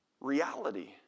Reality